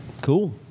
cool